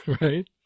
right